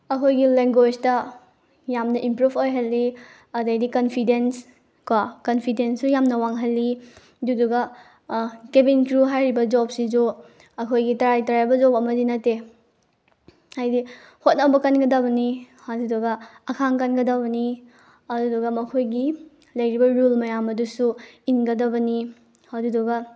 ꯑꯩꯈꯣꯏꯒꯤ ꯂꯦꯡꯒ꯭ꯋꯦꯁꯇ ꯌꯥꯝꯅ ꯏꯝꯄ꯭ꯔꯨꯞ ꯑꯣꯏꯍꯜꯂꯤ ꯑꯗꯩꯗꯤ ꯀꯟꯐꯤꯗꯦꯟꯁꯀꯣ ꯀꯟꯐꯤꯗꯦꯟꯁꯁꯨ ꯌꯥꯝꯅ ꯋꯥꯡꯍꯜꯂꯤ ꯑꯗꯨꯗꯨꯒ ꯀꯦꯕꯤꯟ ꯀ꯭ꯔꯨ ꯍꯥꯏꯔꯤꯕ ꯖꯣꯕꯁꯤꯁꯨ ꯑꯩꯈꯣꯏꯒꯤ ꯇꯔꯥꯏ ꯇꯔꯥꯏꯕ ꯖꯣꯕ ꯑꯃꯗꯤ ꯅꯠꯇꯦ ꯍꯥꯏꯗꯤ ꯍꯣꯠꯅꯕ ꯀꯟꯒꯗꯕꯅꯤ ꯑꯗꯨꯗꯨꯒ ꯑꯈꯥꯡ ꯀꯟꯒꯗꯕꯅꯤ ꯑꯗꯨꯗꯨꯒ ꯃꯈꯣꯏꯒꯤ ꯂꯩꯔꯤꯕ ꯔꯨꯜ ꯃꯌꯥꯝ ꯑꯗꯨꯁꯨ ꯏꯟꯒꯗꯕꯅꯤ ꯑꯗꯨꯨꯗꯨꯒ